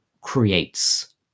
creates